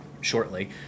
shortly